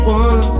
one